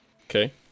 Okay